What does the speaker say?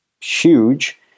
huge